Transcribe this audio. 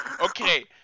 Okay